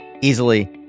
easily